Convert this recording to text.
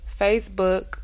Facebook